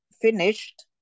finished